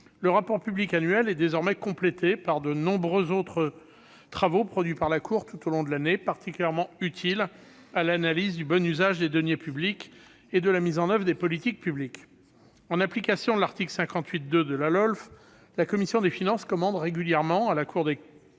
le rapport public annuel est désormais complété par de nombreux autres travaux produits par la Cour tout au long de l'année, particulièrement utiles à l'analyse du bon usage des deniers publics et de la mise en oeuvre des politiques publiques. En application du 2° de l'article 58 de la loi organique relative aux lois de finances (LOLF), la commission des finances commande régulièrement à la Cour des